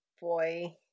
boy